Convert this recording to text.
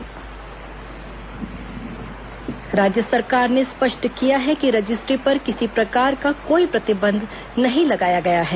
ई पंजीयन प्रणाली राज्य सरकार ने स्पष्ट किया है कि रजिस्ट्री पर किसी प्रकार का कोई प्रतिबंध नहीं लगाया गया है